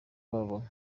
babo